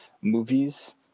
movies